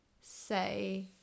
say